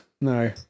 No